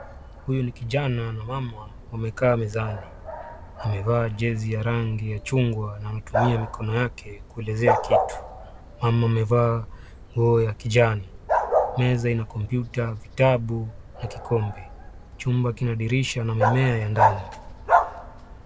Huyu ni kijana na mama wamekaa mezani. Amevaa jezi ya rangi ya chungwa na anatumia mikono yake kuelezea kitu mama amevaa nguo ya kijani meza ina kompyuta vitabu na kikombe. Chumba kina dirisha na mimea ya ndani.